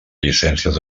llicències